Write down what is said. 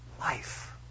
life